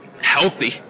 healthy